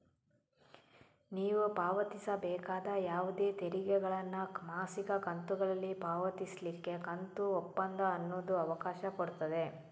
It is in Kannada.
ನೀವು ಪಾವತಿಸಬೇಕಾದ ಯಾವುದೇ ತೆರಿಗೆಗಳನ್ನ ಮಾಸಿಕ ಕಂತುಗಳಲ್ಲಿ ಪಾವತಿಸ್ಲಿಕ್ಕೆ ಕಂತು ಒಪ್ಪಂದ ಅನ್ನುದು ಅವಕಾಶ ಕೊಡ್ತದೆ